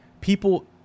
People